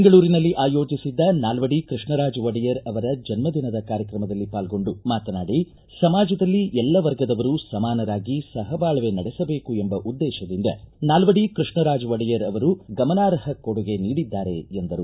ಬೆಂಗಳೂರಿನಲ್ಲಿ ಆಯೋಜಿಸಿದ್ದ ನಾಲ್ವಡಿ ಕೃಷ್ಣರಾಜ ಒಡೆಯರ್ ಅವರ ಜನ್ಮ ದಿನದ ಕಾರ್ಯಕ್ರಮದಲ್ಲಿ ಪಾಲ್ಗೊಂಡು ಮಾತನಾಡಿ ಸಮಾಜದಲ್ಲಿ ಎಲ್ಲ ವರ್ಗದವರೂ ಸಮಾನರಾಗಿ ಸಹಬಾಳ್ವೆ ನಡೆಸಬೇಕು ಎಂಬ ಉದ್ದೇಶದಿಂದ ನಾಲ್ವಡಿ ಕೃಷ್ಣರಾಜ ಒಡೆಯರ್ ಅವರು ಗಮನಾರ್ಹ ಕೊಡುಗೆ ನೀಡಿದ್ದಾರೆ ಎಂದರು